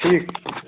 ठीक छै